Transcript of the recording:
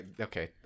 Okay